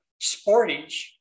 Sportage